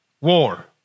War